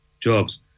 jobs